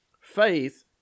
faith